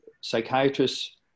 psychiatrists